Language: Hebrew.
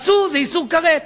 אסור, זה איסור כרת.